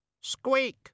Squeak